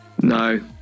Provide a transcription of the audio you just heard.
No